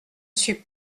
suis